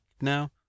now